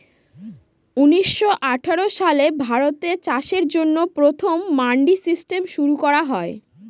উনিশশো আঠাশ সালে ভারতে চাষের জন্য প্রথম মান্ডি সিস্টেম শুরু করা হয়